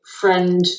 friend